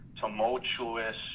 tumultuous